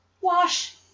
wash